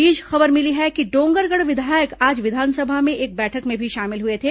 इस बीच खबर मिली है कि डोंगरगढ़ विधायक आज विधानसभा में एक बैठक में भी शामिल हुए थे